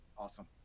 Awesome